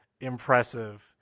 impressive